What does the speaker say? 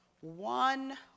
one